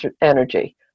energy